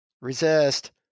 Resist